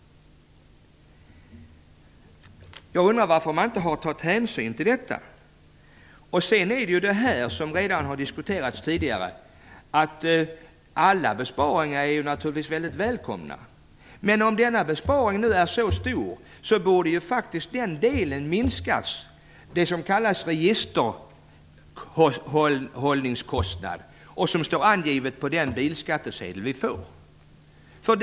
Jag undrar varför man inte har tagit hänsyn till detta. Alla besparingar är naturligtvis mycket välkomna, vilket har diskuterats redan tidigare. Men om denna besparing nu är så stor borde ju den del som kallas registerhållningskostnad, som står angiven på den bilskattsedel man får, kunna minskas.